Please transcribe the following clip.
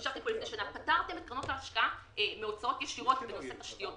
פטרתם את קרנות ההשקעה מהוצאות ישירות בנושא תשתיות.